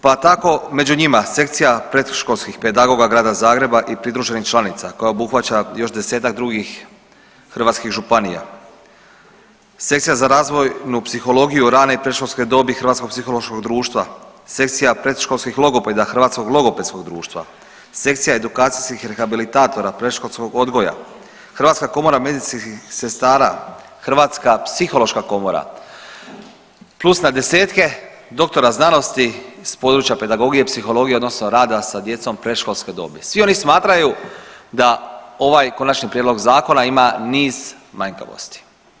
Pa tako među Sekcija predškolskih pedagoga Grada Zagreba i pridruženih članica koja obuhvaća još 10-tak drugih hrvatskih županija, Sekcija za razvojnu psihologiju rane i predškolske dobi Hrvatskog psihološkog društva, Sekcija predškolskih logopeda Hrvatskog logopedskog društva, Sekcija edukacijskih rehabilitatora predškolskog odgoja, Hrvatska komora medicinskih sestara, Hrvatska psihološka komora plus na desetke doktora znanosti s područja pedagogije, psihologije odnosno rada sa djecom predškolske dobi svi oni smatraju da ovaj Konačni prijedlog zakona ima niz manjkavosti.